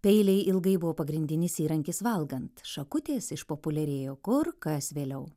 peiliai ilgai buvo pagrindinis įrankis valgant šakutės išpopuliarėjo kur kas vėliau